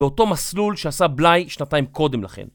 באותו מסלול שעשה בלאי שנתיים קודם לכן.